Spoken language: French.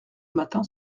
matin